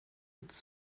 its